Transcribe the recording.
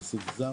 מעסיק זר?